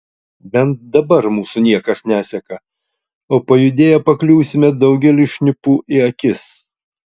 bent dabar mūsų niekas neseka o pajudėję pakliūsime daugeliui šnipų į akis